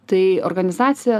tai organizacija